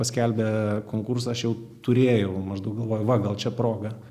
paskelbė konkursą aš jau turėjau maždaug galvoju va gal čia proga